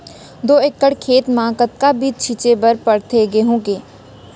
दो एकड़ खेत म कतना बीज छिंचे बर पड़थे गेहूँ के?